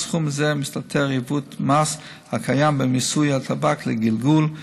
בסכום הזה מסתתר עיוות מס הקיים במיסוי הטבק לגלגול,